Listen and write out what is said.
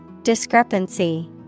Discrepancy